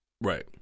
right